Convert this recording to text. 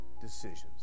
decisions